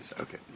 Okay